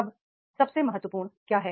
अब सबसे महत्वपूर्ण क्या है